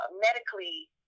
medically